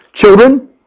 children